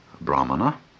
Brahmana